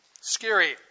scary